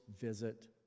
visit